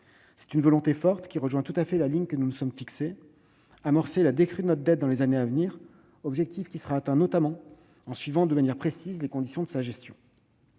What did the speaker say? C'est une volonté forte, qui rejoint tout à fait la ligne que nous nous sommes fixée : amorcer la décrue de notre dette dans les années à venir, objectif qui sera atteint notamment si l'on suit de manière précise les conditions de sa gestion.